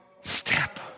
step